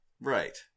Right